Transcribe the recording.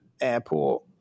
airport